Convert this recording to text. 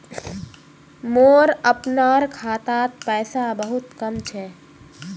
मोर अपनार खातात पैसा बहुत कम छ